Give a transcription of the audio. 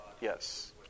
Yes